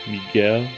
Miguel